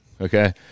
Okay